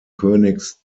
königs